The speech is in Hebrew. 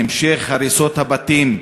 המשך הריסות הבתים,